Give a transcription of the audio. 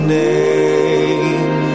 name